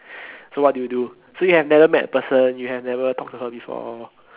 so what do you do so you have never met the person you have never talk to her before